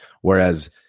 whereas